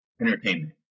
entertainment